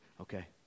okay